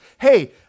hey